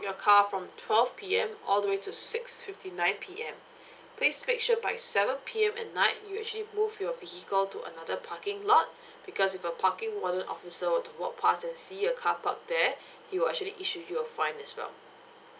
your car from twelve P_M all the way to six fifty nine P_M please make sure by seven P_M at night you'll actually move your vehicle to another parking lot because if a parking warden officer were to walk past and see your car parked there he will actually issue you a fine as well